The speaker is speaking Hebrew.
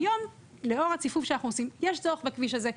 היום לאור הציפוף שאנחנו עושים יש צורך בכביש הזה,